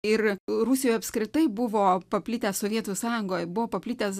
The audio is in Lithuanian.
ir rusijoj apskritai buvo paplitę sovietų sąjungoj buvo paplitęs